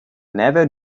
never